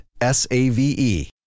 S-A-V-E